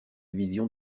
vision